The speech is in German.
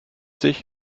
sich